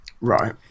Right